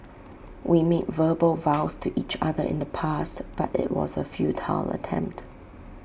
we made verbal vows to each other in the past but IT was A futile attempt